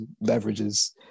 beverages